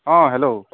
অঁ হেল্ল'